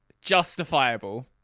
justifiable